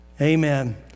amen